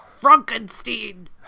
Frankenstein